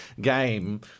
game